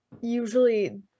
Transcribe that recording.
usually